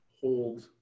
hold